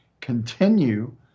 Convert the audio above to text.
continue